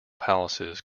palaces